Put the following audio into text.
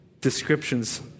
descriptions